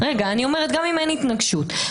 גם אם אין התנגשות.